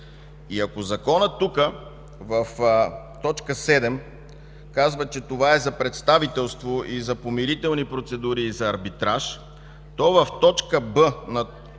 И ако Законът тук – в т. 7 казва, че това е за представителство и за помирителни процедури, и за арбитраж, то в буква „б” на т.